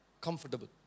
comfortable